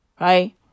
Right